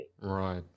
Right